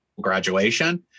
graduation